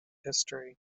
history